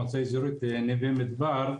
מועצה אזורית נווה מדבר.